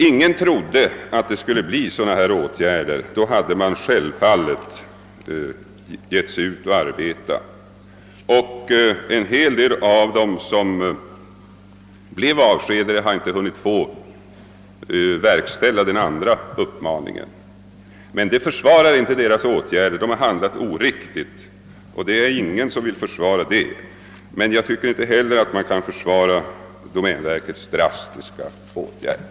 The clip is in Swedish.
Ingen trodde att sådana här åtgärder skulle vidtagas; då hade vederbörande självfallet inställt sig till arbete. En del av dem som blev avskedade hade heller inte hunnit efterkomma den andra uppmaningen. Detta försvarar inte deras handlingssätt — ingen vill säga annat än att de handlat oriktigt. Men jag tycker inte heller att det går att försvara domänverkets drastiska åtgärder.